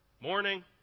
Morning